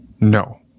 No